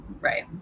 right